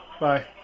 Bye